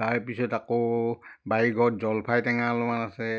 তাৰপিছত আকৌ বাৰী ঘৰত জলফাই টেঙা অলপমান আছে